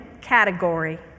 category